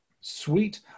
sweet